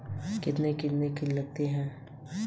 खाता खुलने के कितने समय बाद खाता बुक मिल जाती है?